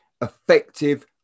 effective